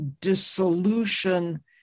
dissolution